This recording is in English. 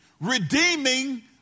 redeeming